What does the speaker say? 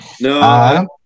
No